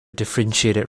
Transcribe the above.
differentiated